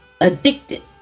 addicted